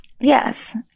Yes